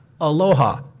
aloha